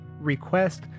request